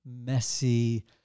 messy